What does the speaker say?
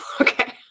Okay